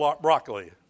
broccoli